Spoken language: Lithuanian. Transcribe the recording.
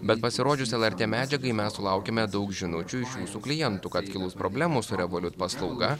bet pasirodžius lrt medžiagai mes sulaukėme daug žinučių iš jūsų klientų kad kilus problemų su revoliut paslauga